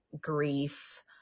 grief